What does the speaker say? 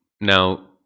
now